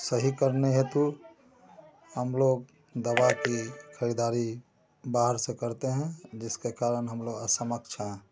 सही करने हेतु हम लोग दवा की ख़रीदारी बाहर से करते हैं जिसके कारण हम लोग अक्षम हैं